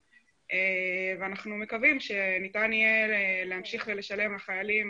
ואנחנו מקווים שניתן יהיה להמשיך ולשלם לחיילים